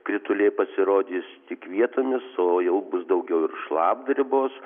krituliai pasirodys tik vietomis o jau bus daugiau ir šlapdribos